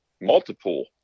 multiple